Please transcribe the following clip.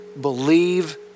Believe